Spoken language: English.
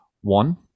one